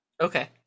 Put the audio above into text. Okay